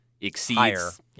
exceeds